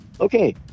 Okay